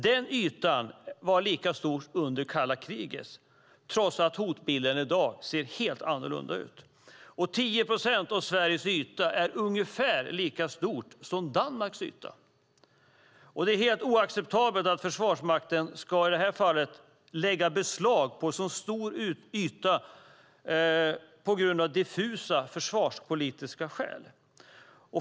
Den ytan är lika stor som den var under kalla kriget trots att hotbilden i dag ser helt annorlunda ut. 10 procent av Sveriges yta är ungefär lika stor yta som Danmarks yta. Det är helt oacceptabelt att Försvarsmakten i det här fallet ska lägga beslag på en sådan stor yta av diffusa försvarspolitiska skäl.